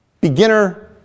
beginner